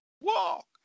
Walk